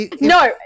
no